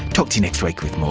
talk to you next week with